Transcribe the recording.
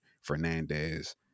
Fernandez